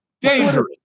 Dangerous